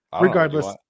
regardless